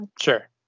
Sure